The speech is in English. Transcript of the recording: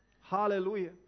Hallelujah